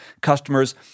customers